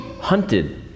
hunted